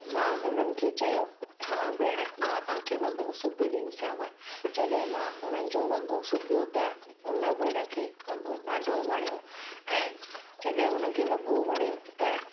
मां हुननि खे चयो हा भेण मां तव्हांखे वॻो सिबी ॾींदीसांव जॾहिं मां हुननि जो वॻो सिबियो त हुन भेण खे वॻो ॾाढो वणियो ऐं जॾहिं हुनखे वॻो वणियो त